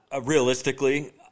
realistically